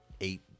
eight